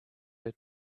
her